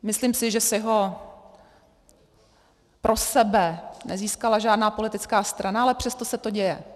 Myslím, že si ho pro sebe nezískala žádná politická strana, ale přesto se to děje.